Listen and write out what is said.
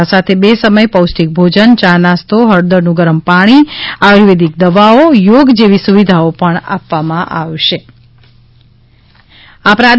આ સાથે બે સમય પોષ્ટિક ભોજન ચા નાસ્તો ફળદરનું ગરમ પાણી આર્યુવેદિક દવાઓ થોગ જેવી સુવિધો આપવામાં આવનાર છે